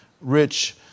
rich